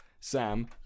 Sam